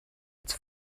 its